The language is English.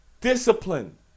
Discipline